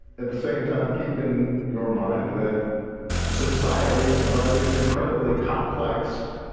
at the same time, keep in your mind that societies are these incredibly complex